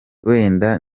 wenda